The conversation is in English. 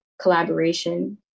collaboration